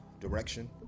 direction